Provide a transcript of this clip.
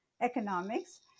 economics